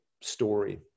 story